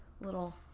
little